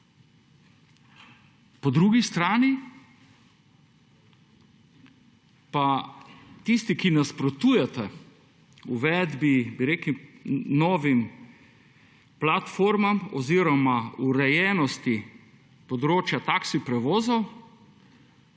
Po drugi strani pa tisti, ki nasprotujete uvedbi bi rekli novim platformam oziroma urejenosti področja taksi prevozov,